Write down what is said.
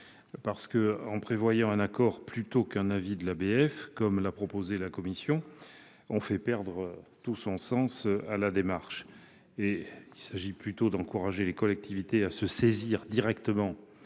historiques. Prévoir un accord plutôt qu'un avis de l'ABF, comme l'a proposé la commission, c'est faire perdre tout son sens à la démarche. Il s'agit plutôt d'encourager les collectivités à se saisir directement